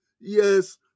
Yes